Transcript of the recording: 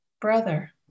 brother